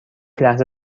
لحظه